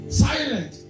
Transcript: silent